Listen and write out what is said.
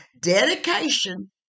dedication